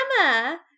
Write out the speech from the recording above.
Emma